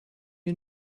you